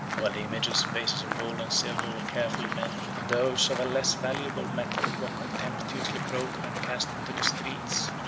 while the images and vases of gold and silver were carefully melted, and those of a less valuable metal were contemptuously broken, and cast into the streets,